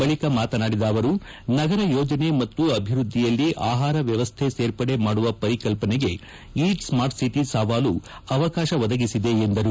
ಬಳಿಕ ಮಾತನಾಡಿದ ಅವರು ನಗರ ಯೋಜನೆ ಮತ್ತು ಅಭಿವೃದ್ಧಿಯಲ್ಲಿ ಆಪಾರ ವ್ಯವಸ್ಥೆ ಸೇರ್ಪಡೆ ಮಾಡುವ ಪರಿಕಲ್ಪನೆಗೆ ಈ ಈಟ್ ಸ್ಮಾರ್ಟ್ಸಿಟಿ ಸವಾಲು ಅವಕಾಶ ಒದಗಿಸಿದೆ ಎಂದರು